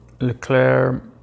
Leclerc